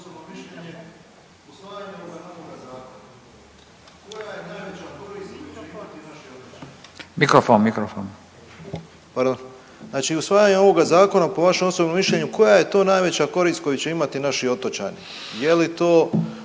po vašem osobnom mišljenju koja je to najveća korist koju će imati naši otočani,